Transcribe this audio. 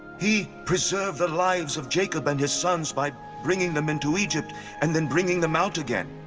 he preserved the lives of jacob and his sons by bringing them into egypt and then bringing them out again.